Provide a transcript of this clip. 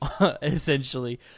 essentially